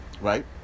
right